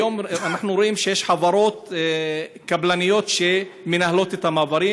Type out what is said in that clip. היום אנחנו רואים שיש חברות קבלניות שמנהלות את המעברים.